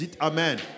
Amen